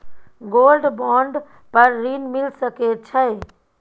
Gold bond पर ऋण मिल सके छै?